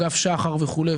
אגף שח"ר וכולי,